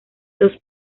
los